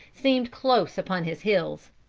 seemed close upon his heels.